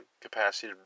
capacity